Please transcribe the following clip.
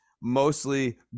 mostly